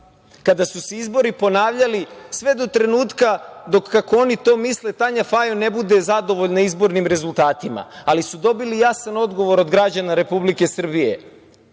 kada su se izbori ponavljali sve do trenutka dok, kako oni to misle, Tanja Fajon ne bude zadovoljna izbornim rezultatima, ali dobili su jasan odgovor od građana Republike Srbije.